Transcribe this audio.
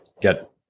get